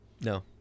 No